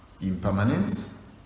impermanence